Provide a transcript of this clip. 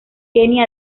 kenia